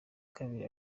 kabiri